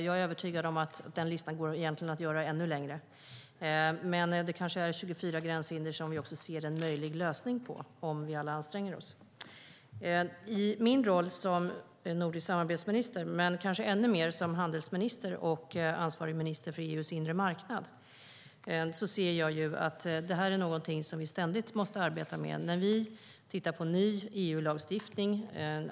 Jag är övertygad om att den listan går att göra ännu längre. Men det är kanske för dessa 24 gränshinder som vi ser en möjlig lösning om vi alla anstränger oss. I min roll som nordisk samarbetsminister, men kanske ännu mer som handelsminister och ansvarig minister för EU:s inre marknad, anser jag att detta är något som vi ständigt måste arbeta med när vi tittar på ny EU-lagstiftning.